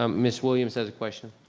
um miss williams has a question.